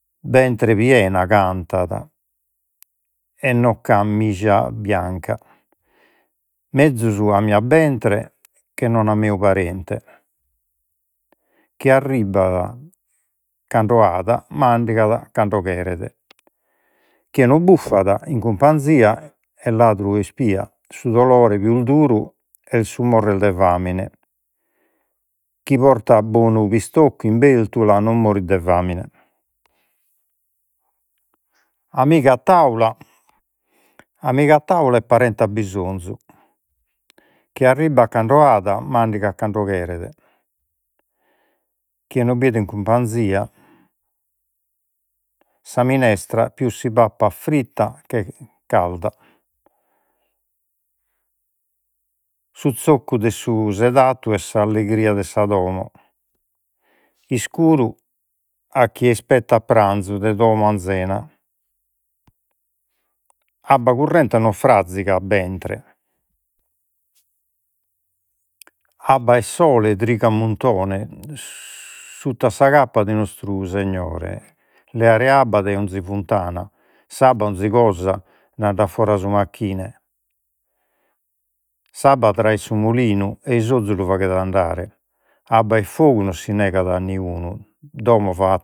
Bentre piena cantat, et non bianca, mezus a mia bentre, che non a meu parente, chie arribbat cando at, mandigat cando cheret. Chie no buffat in cumpanzia est ladru o ispia. Su dolore pius duru est su morres de famine, chi porta bonu in bértula, non morit de famine, amigu a taula, amigu a taula e parente a bisonzu, chie arribbat cando hat, mandigat cando cheret. Chie non in cumpanzia, sa minestra, pius si pappat fritta calda, su zoccu de su sedattu est s'allegria de sa domo. Iscuru a chie ispettat pranzu de domo anzena. Abba currente non frazigat bentre, abba e sole, trigu a muntone sutta sa cappa de nostru Segnore. Leare abba dai ogni funtana, s'abba ogni cosa nd'andat foras su macchine, s'abba su molinu, et i s'ozu lu faghet andare, abba e fogu non si negat a niunu. Domo fa